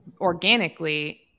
organically